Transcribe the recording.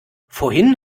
vorhin